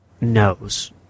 knows